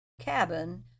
cabin